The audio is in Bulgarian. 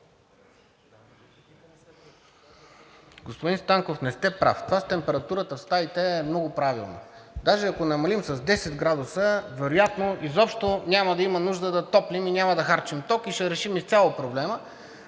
Господин Станков, не сте прав. Това с температурата в стаите е много правилно, даже ако намалим с 10 градуса, вероятно изобщо няма да има нужда да топлим и няма да харчим ток и ще решим изцяло проблема,